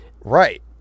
Right